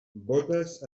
bótes